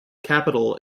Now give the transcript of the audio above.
capital